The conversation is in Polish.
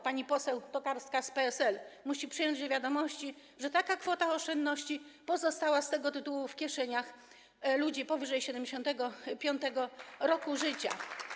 Pani poseł Tokarska z PSL musi przyjąć do wiadomości, że taka kwota oszczędności pozostała z tego tytułu w kieszeniach ludzi powyżej 75. roku życia.